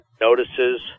notices